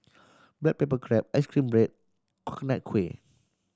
black pepper crab ice cream bread Coconut Kuih